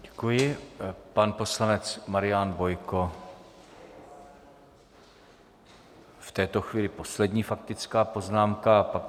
Děkuji, pan poslanec Marián Bojko, v této chvíli poslední faktická poznámka.